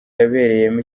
yabereyemo